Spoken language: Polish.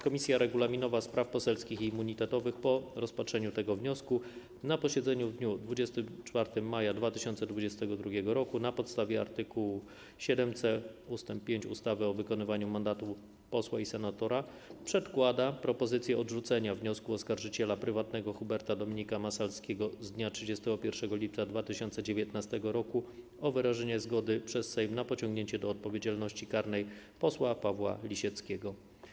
Komisja Regulaminowa, Spraw Poselskich i Immunitetowych po rozpatrzeniu tego wniosku na posiedzeniu w dniu 24 maja 2022 r. na podstawie art. 7c ust. 5 ustawy o wykonywaniu mandatu posła i senatora przedkłada propozycję odrzucenia wniosku oskarżyciela prywatnego Huberta Dominika Massalskiego z dnia 31 lipca 2019 r. o wyrażenie zgody przez Sejm na pociągnięcie do odpowiedzialności karnej posła Pawła Jacka Lisieckiego.